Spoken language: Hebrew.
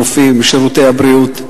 הרופאים ושירותי הבריאות.